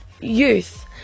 Youth